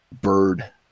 bird